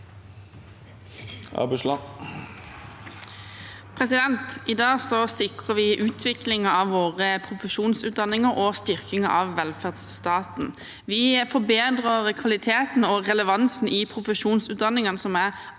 I dag sikrer vi utviklingen av våre profesjonsutdanninger og styrkingen av velferdsstaten. Vi forbedrer kvaliteten og relevansen i profesjonsutdanningene, som er